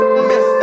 miss